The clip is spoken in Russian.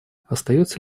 остается